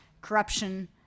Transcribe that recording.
Corruption